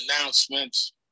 announcements